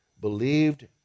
believed